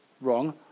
wrong